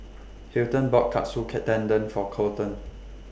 Hilton bought Katsu K Tendon For Colton